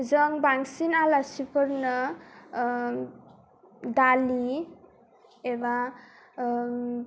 जों बांसिन आलासिफोरनो दालि एबा